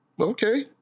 Okay